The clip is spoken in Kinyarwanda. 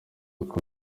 uko